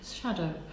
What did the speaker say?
shadow